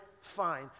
fine